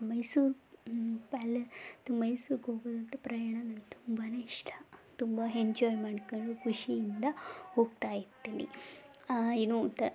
Mysuru palace ಮೈಸೂರಿಗೆ ಹೋಗೋದಂತೂ ಪ್ರಯಾಣ ನನ್ಗೆ ತುಂಬನೇ ಇಷ್ಟ ತುಂಬ ಹೆಂಜಾಯ್ ಮಾಡ್ಕೊಂಡು ಖುಷಿಯಿಂದ ಹೋಗ್ತಾಯಿರ್ತೀನಿ ಏನೋ ಒಂಥರ